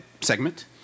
segment